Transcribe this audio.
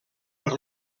per